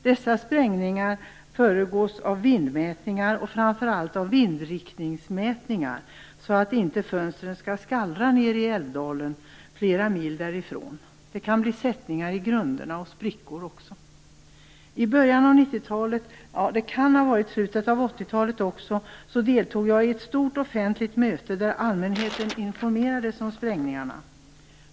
Dessa sprängningar föregås av vindmätningar och framför allt av vindriktningsmätningar, för att inte fönstren skall skallra nere i Älvdalen, flera mil därifrån. Det kan bli sättningar i grunderna och också sprickor. I början av 90-talet - ja, det kan också ha varit i slutet av 80-talet - deltog jag i ett stort offentligt möte där allmänheten informerades om sprängningarna.